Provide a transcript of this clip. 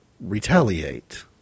retaliate